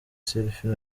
selfie